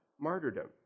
martyrdom